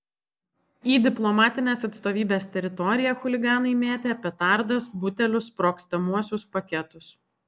į diplomatinės atstovybės teritoriją chuliganai mėtė petardas butelius sprogstamuosius paketus